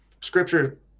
Scripture